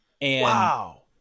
Wow